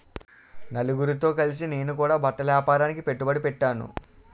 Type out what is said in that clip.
నలుగురితో కలిసి నేను కూడా బట్టల ఏపారానికి పెట్టుబడి పెట్టేను